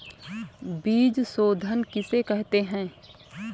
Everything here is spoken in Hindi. बीज शोधन किसे कहते हैं?